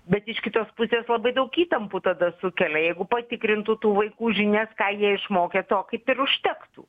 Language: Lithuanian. bet iš kitos pusės labai daug įtampų tada sukelia jeigu patikrintų tų vaikų žinias ką jie išmokę to kaip ir užtektų